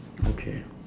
okay